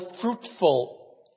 fruitful